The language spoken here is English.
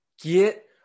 Get –